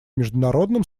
международным